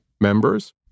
members